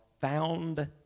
found